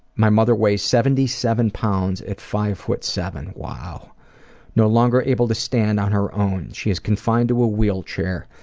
my mother weighs seventy seven pounds at five foot seven wow no longer able to stand on her own she is confined to a wheelchair.